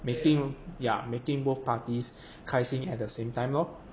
making yeah making both parties 开心 at the same time lor